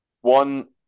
one